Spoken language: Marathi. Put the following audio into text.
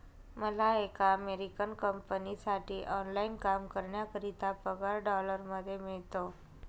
मला एका अमेरिकन कंपनीसाठी ऑनलाइन काम करण्याकरिता पगार डॉलर मध्ये मिळतो